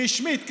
רשמית,